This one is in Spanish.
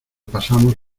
pasamos